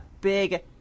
big